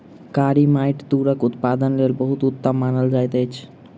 कारी माइट तूरक उत्पादनक लेल बहुत उत्तम मानल जाइत अछि